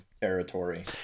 territory